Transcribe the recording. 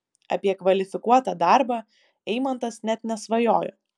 apie kvalifikuotą darbą eimantas net nesvajojo